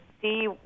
see